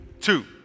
two